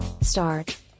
start